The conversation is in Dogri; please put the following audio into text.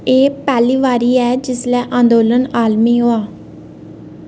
एह् पैह्ली बारी ऐ जिसलै अंदोलन आलमी होआ